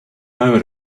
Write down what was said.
hour